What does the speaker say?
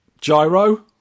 Gyro